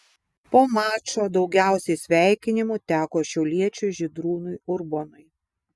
po mačo daugiausiai sveikinimų teko šiauliečiui žydrūnui urbonui